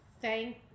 thank